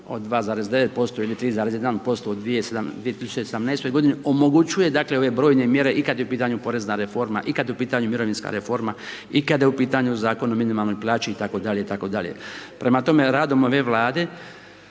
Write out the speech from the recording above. se ne razumije./… godini omogućuje ove brojne mjere i kada je u pitanju porezna reforma i kada je u pitanju mirovinska reforma i kada je u pitanju Zakon o minimalnoj plaći itd. itd. Prema tome, radom ove vlade,